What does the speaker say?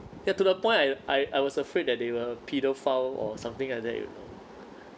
ya to the point I I I was afraid that they were paedophile or something like that you know